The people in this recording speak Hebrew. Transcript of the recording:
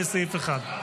לסעיף 1,